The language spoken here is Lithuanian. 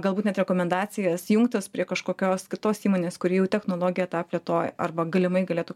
galbūt net rekomendacijas jungtis prie kažkokios kitos įmonės kuri jau technologiją tą plėtoja arba galimai galėtų